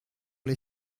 les